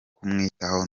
kumwitaho